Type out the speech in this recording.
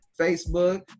Facebook